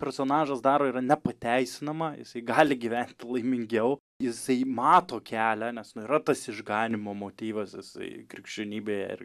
personažas daro yra nepateisinama jisai gali gyventi laimingiau jisai mato kelią nes nu yra tas išganymo motyvas jisai krikščionybėje ir